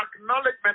acknowledgement